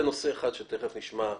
זה נושא אחד שתיכף נשמע.